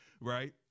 Right